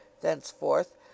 thenceforth